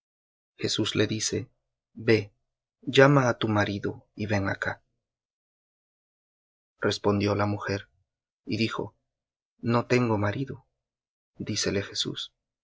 jesús le dice ve llama á tu marido y ven acá respondió la mujer y dijo no tengo marido dícele jesús